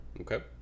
Okay